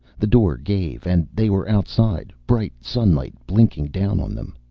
the door gave and they were outside, bright sunlight blinking down on them.